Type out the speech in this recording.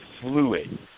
fluid